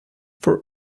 for